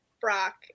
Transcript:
Brock